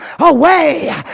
away